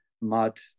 mud